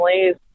families